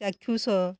ଚାକ୍ଷୁଷ